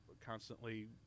constantly